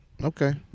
Okay